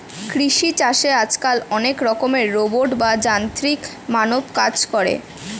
কৃষি চাষে আজকাল অনেক রকমের রোবট বা যান্ত্রিক মানব কাজ করে